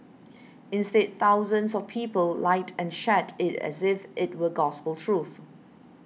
instead thousands of people liked and shared it as if it were gospel truth